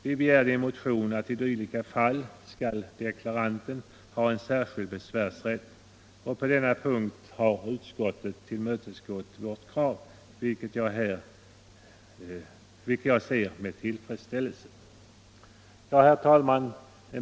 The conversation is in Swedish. Vi begärde i motionen att deklaranten i dylika fall skall ha en särskild besvärsrätt, och på denna punkt har utskottet tillmötesgått vårt krav, vilket jag ser med tillfredsställelse. Herr talman!